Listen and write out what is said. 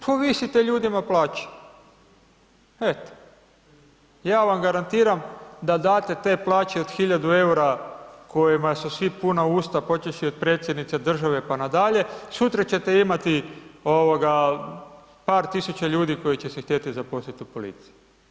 Povisite ljudima plaće. ja vam garantiram da date te plaće od 1000 eura kojima su svi puna usta počevši od Predsjednice države pa nadalje, sutra ćete imati par tisuća ljudi koji će se htjeti zaposliti u policiju.